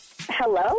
Hello